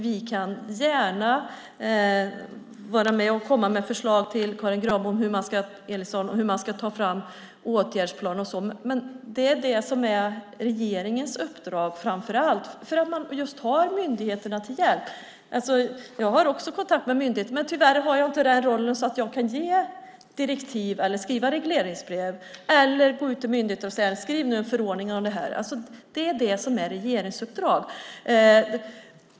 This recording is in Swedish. Vi kan gärna vara med och komma med förslag till Karin Granbom Ellison om hur man ska ta fram åtgärdsplaner och så vidare. Men det är det som framför allt är regeringens uppdrag eftersom den har myndigheterna till hjälp. Jag har också kontakt med myndigheter, men tyvärr har jag inte den rollen att jag kan ge direktiv eller skriva regleringsbrev. Jag kan inte gå ut till myndigheter och säga: Skriv nu en förordning om det här! Det är det som är regeringsuppdrag.